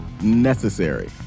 necessary